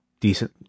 decent